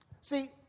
See